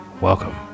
Welcome